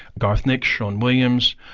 garth nix, sean williams,